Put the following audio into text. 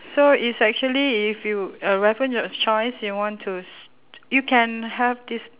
so it's actually if you a weapon your choice you want to st~ you can have this